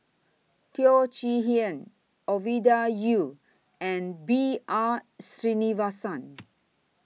Teo Chee Hean Ovidia Yu and B R Sreenivasan